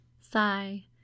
Sigh